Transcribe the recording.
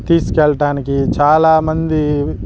తీసుకెళ్ళటానికి చాలామంది